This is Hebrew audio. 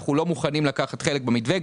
אנחנו לא מוכנים לקחת חלק במתווה.